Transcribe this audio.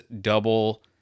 double